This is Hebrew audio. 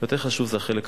יותר חשוב זה החלק הראשון.